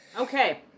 Okay